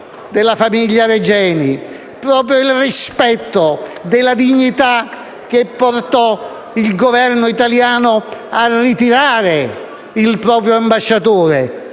della famiglia Regeni, proprio il rispetto della dignità che portò il Governo italiano a ritirare il proprio ambasciatore